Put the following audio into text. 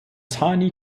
tiny